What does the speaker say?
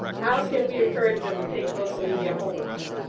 how can we encourage them to take social media home with them?